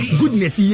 goodness